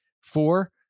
Four